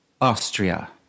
Austria